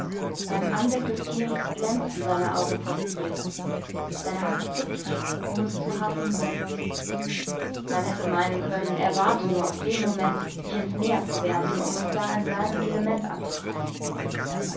beim anblick des thieres glänzten seine augen vor begierde seine hand zuckte schon um es zu harpunieren man hätte meinen können er warte nur auf den moment sich in's meer zu werfen um es da in seinem element anzugreifen